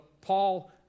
Paul